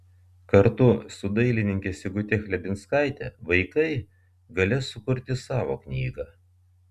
kartu su dailininke sigute chlebinskaite vaikai galės sukurti savo knygą